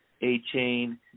A-Chain